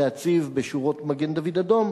להציב בשורות מגן-דוד-אדום,